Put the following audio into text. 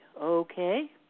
Okay